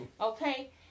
Okay